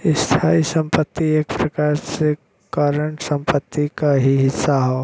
स्थायी संपत्ति एक प्रकार से करंट संपत्ति क ही हिस्सा हौ